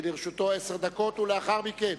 לרשותו עשר דקות, ולאחר מכן,